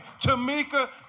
Tamika